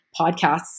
podcasts